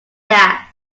that